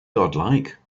godlike